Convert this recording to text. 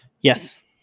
Yes